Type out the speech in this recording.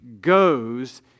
goes